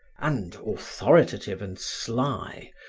and, authoritative and sly,